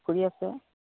পুখুৰী আছে